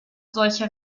solche